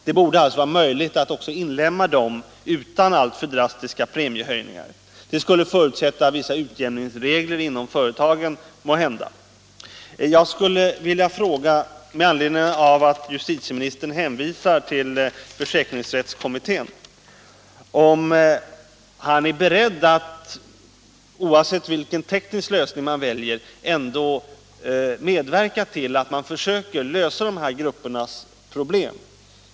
Det borde alltså vara möjligt att inlemma också dem utan alltför drastiska premiehöjningar; måhända skulle det förutsätta vissa utjämningsregler inom företagen. Med anledning av att justitieministern hänvisar till försäkringsrättskommittén skulle jag vilja fråga, om han är beredd att, oavsett vilken teknisk lösning man väljer, medverka till att man försöker lösa de här gruppernas problem.